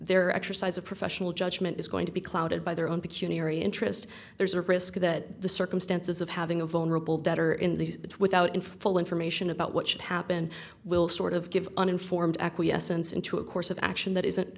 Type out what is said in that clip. their exercise of professional judgment is going to be clouded by their own peculiar e interest there's a risk that the circumstances of having a vulnerable debtor in these without in full information about what should happen will sort of give uninformed acquiescence into a course of action that isn't